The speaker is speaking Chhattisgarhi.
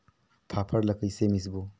फाफण ला कइसे मिसबो?